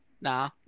Nah